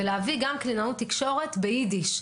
ולהביא גם קלינאות תקשורת ביידיש.